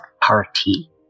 party